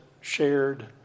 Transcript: shared